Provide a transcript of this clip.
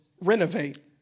renovate